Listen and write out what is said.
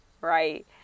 right